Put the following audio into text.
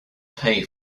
pay